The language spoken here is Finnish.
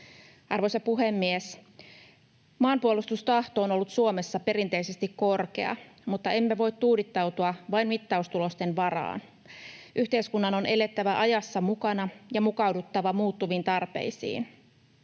Arvoisa puhemies! Maanpuolustustahto on ollut Suomessa perinteisesti korkea, mutta emme voi tuudittautua vain mittaustulosten varaan. Yhteiskunnan on elettävä ajassa mukana ja mukauduttava muuttuviin tarpeisiin.